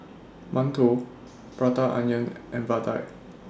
mantou Prata Onion and Vadai